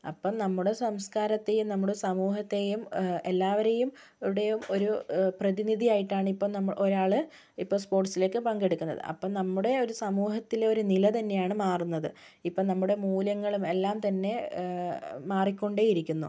അപ്പോൾ നമ്മള് സംസ്കാരത്തിൽ നമ്മുടെ സമൂഹത്തെയും എല്ലാവരുടെയും ഒരു പ്രതിനിധിയായിട്ടാണ് ഇപ്പോൾ നമ്മൾ ഒരാള് ഇപ്പോൾ സ്പോർട്സിലേക്ക് പങ്കെടുക്കുന്നത് അപ്പോൾ നമ്മുടെ ഒരു സമൂഹത്തിലെ ഒരു നിലത്തന്നെയാണ് മാറുന്നത് ഇപ്പോൾ നമ്മുടെ മൂല്യങ്ങളും എല്ലാം തന്നെ മാറിക്കൊണ്ടേ ഇരിക്കുന്നു